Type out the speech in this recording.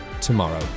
tomorrow